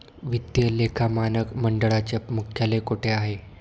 वित्तीय लेखा मानक मंडळाचे मुख्यालय कोठे आहे?